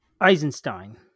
Eisenstein